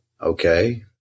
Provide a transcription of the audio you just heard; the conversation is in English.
okay